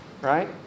Right